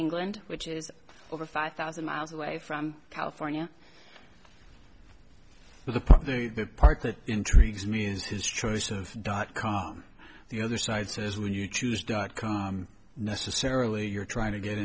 england which is over five thousand miles away from california but the part that intrigues me is his choice of dot com the other side says when you choose dot com necessarily you're trying to get